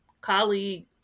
colleague